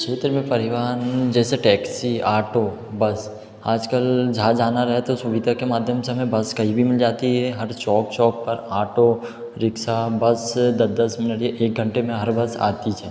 क्षेत्र में परिवहन जैसे टेक्सी आटो बस आज कल जहाँ जाना रहे तो सुविधा के माध्यम से हमें बस कहीं भी मिल जाती है हर शॉप शॉप पर आटो रिक्सा बस दस दस मिनट या एक घंटे में हर बस आतिच है